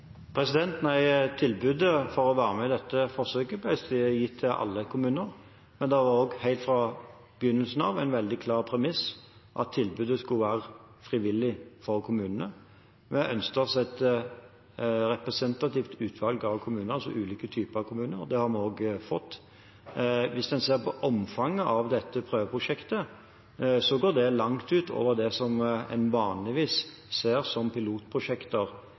Nei, tilbudet om å være med i dette forsøket ble gitt til alle kommuner, men det var helt fra begynnelsen en veldig klar premiss at tilbudet skulle være frivillig for kommunene. Vi ønsket oss et representativt utvalg av kommuner, ulike typer kommuner. Det har vi også fått. Hvis en ser på omfanget av dette prøveprosjektet, går det langt ut over det som en vanligvis ser som pilotprosjekter